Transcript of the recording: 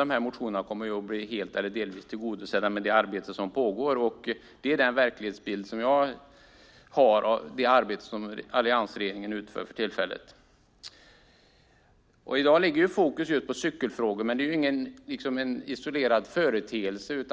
av motionerna kommer att bli helt eller delvis tillgodosedda genom det arbete som pågår. Det är den verklighetsbild som jag har av det arbete som alliansregeringen utför. Fokus ligger på cykelfrågor, men det är ju ingen isolerad företeelse.